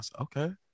okay